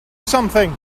something